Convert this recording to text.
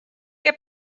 què